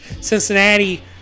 Cincinnati